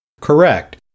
Correct